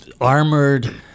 armored